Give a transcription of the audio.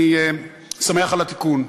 אני שמח על התיקון.